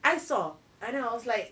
I saw and then I was like